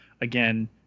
Again